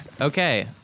Okay